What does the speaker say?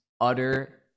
utter